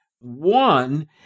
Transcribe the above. One